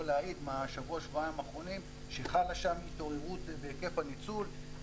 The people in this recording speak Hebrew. להעיד מהשבוע שבועיים האחרונים שחלה שם התעוררות בהיקף הניצול.